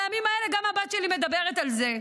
בימים האלה גם הבת שלי מדברת על זה,